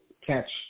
catch